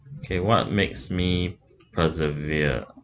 okay what makes me persevere